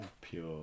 Pure